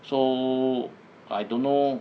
so I don't know